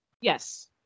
Yes